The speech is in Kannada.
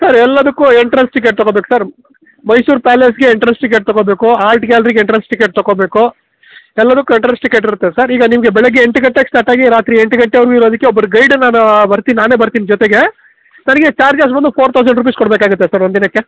ಸರ್ ಎಲ್ಲದಕ್ಕೂ ಎಂಟ್ರೆನ್ಸ್ ಟಿಕೆಟ್ ತಗೋಬೇಕು ಸರ್ ಮೈಸೂರು ಪ್ಯಾಲೇಸ್ಗೆ ಎಂಟ್ರೆನ್ಸ್ ಟಿಕೆಟ್ ತಗೋಬೇಕು ಆರ್ಟ್ ಗ್ಯಾಲ್ರಿಗೆ ಎಂಟ್ರೆನ್ಸ್ ಟಿಕೆಟ್ ತೊಗೋಬೇಕು ಎಲ್ಲದಕ್ಕೂ ಎಂಟ್ರೆನ್ಸ್ ಟಿಕೆಟ್ ಇರುತ್ತೆ ಸರ್ ಈಗ ನಿಮಗೆ ಬೆಳಗ್ಗೆ ಎಂಟು ಗಂಟೆಗೆ ಸ್ಟಾರ್ಟ್ ಆಗಿ ರಾತ್ರಿ ಎಂಟು ಗಂಟೆವರೆಗೂ ಇರೋದಕ್ಕೆ ಒಬ್ಬರು ಗೈಡ್ ನಾನು ಬರ್ತಿ ನಾನೇ ಬರ್ತೀನಿ ಜೊತೆಗೆ ನನಗೆ ಚಾರ್ಜಸ್ ಬಂದು ಫೋರ್ ಥೌಸಂಡ್ ರುಪೀಸ್ ಕೊಡಬೇಕಾಗುತ್ತೆ ಸರ್ ಒಂದಿನಕ್ಕೆ